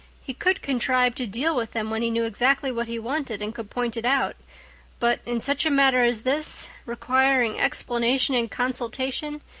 he could contrive to deal with them when he knew exactly what he wanted and could point it out but in such a matter as this, requiring explanation and consultation,